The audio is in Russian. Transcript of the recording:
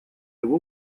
его